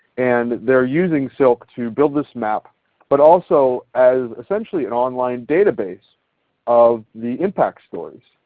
and they are using silk to build this map but also as essentially an online database of the impact stories.